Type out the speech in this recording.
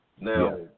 Now